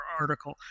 article